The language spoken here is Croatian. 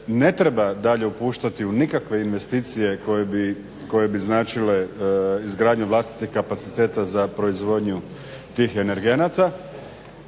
ne treba dalje upuštati u nikakve investicije koje bi značile izgradnju vlastitih kapaciteta za proizvodnju tih energenata